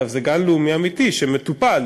זה גן לאומי אמיתי, שמטופל,